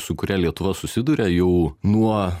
su kuria lietuva susiduria jau nuo